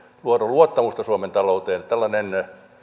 luoda luottamusta suomen talouteen tällainen